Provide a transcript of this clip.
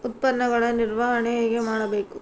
ಉತ್ಪನ್ನಗಳ ನಿರ್ವಹಣೆ ಹೇಗೆ ಮಾಡಬೇಕು?